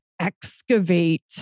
excavate